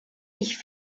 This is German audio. ich